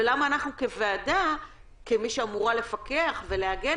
ולמה אנחנו כוועדה שאמורה לפקח ולהגן